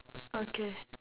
okay